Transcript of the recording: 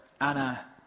Anna